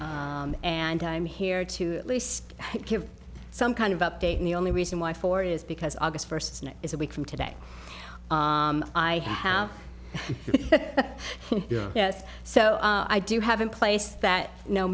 h and i'm here to at least give some kind of update and the only reason why four is because august first one is a week from today i have yes so i do have in place that no